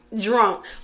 drunk